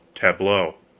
tableau.